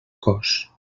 cos